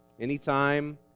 Anytime